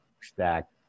stack